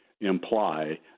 imply